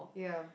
ya